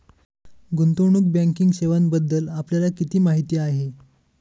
गुंतवणूक बँकिंग सेवांबद्दल आपल्याला किती माहिती आहे?